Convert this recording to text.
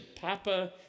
papa